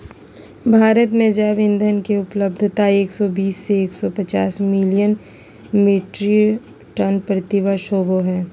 भारत में जैव ईंधन के उपलब्धता एक सौ बीस से एक सौ पचास मिलियन मिट्रिक टन प्रति वर्ष होबो हई